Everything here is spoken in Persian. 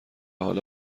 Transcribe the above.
حالا